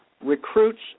recruits